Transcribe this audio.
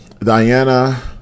Diana